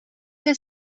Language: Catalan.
que